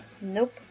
Nope